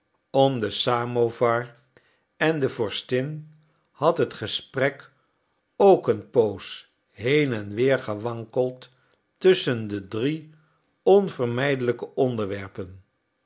om den samovar en de vorstin had het gesprek ook een poos heen en weer gewankeld tusschen de drie onvermijdelijke onderwerpen